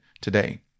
today